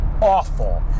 awful